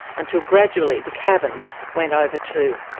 until gradually the cabin went over too.